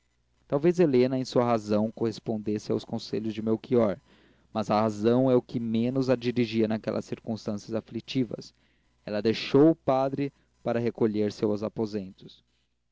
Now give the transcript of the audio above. confiança talvez helena em sua razão correspondesse aos conselhos de melchior mas a razão é o que menos a dirigia naquelas circunstâncias aflitivas ela deixou o padre para recolher-se aos aposentos